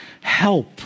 help